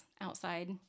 outside